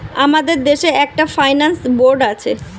আমাদের দেশে একটা ফাইন্যান্স বোর্ড আছে